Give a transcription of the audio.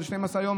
בעוד 12 יום.